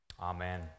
Amen